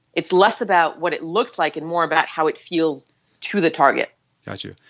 it's less about what it looks like and more about how it feels to the target got you.